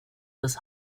this